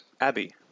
Abbey